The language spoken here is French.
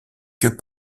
que